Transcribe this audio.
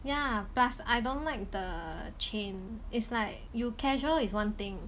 yeah plus I don't like the chain is like you casual is one thing